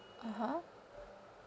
(uh huh)